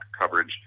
coverage